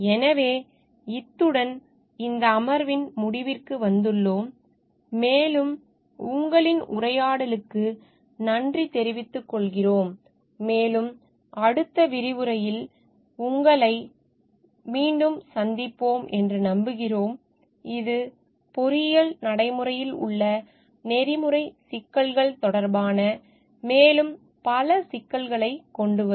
எனவே இத்துடன் இந்த அமர்வின் முடிவிற்கு வந்துள்ளோம் மேலும் உங்களின் உரையாடலுக்கு நன்றி தெரிவித்துக் கொள்கிறோம் மேலும் அடுத்த விரிவுரையில் உங்களை மீண்டும் சந்திப்போம் என்று நம்புகிறோம் இது பொறியியல் நடைமுறையில் உள்ள நெறிமுறை சிக்கல்கள் தொடர்பான மேலும் பல சிக்கல்களைக் கொண்டுவரும்